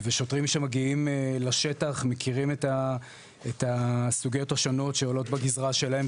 שוטרים שמגיעים לשטח מכירים את הסוגיות השונות שעולות בגזרה שלהם,